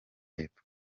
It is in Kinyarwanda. yepfo